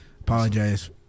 Apologize